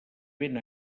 vent